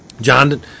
John